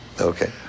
Okay